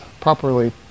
properly